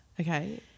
Okay